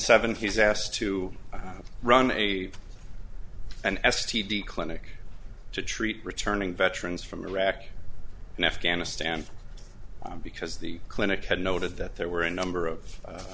seven he's asked to run a an s t d clinic to treat returning veterans from iraq and afghanistan because the clinic had noted that there were a number of